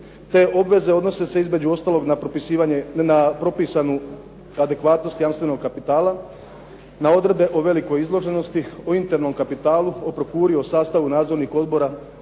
Te obveze odnose se, između ostalog, na propisanu adekvatnost jamstvenog kapitala, na odredbe o velikoj izloženosti, o internom kapitalu, o prokuriju, o sastavu nadzornih odbora